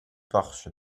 porche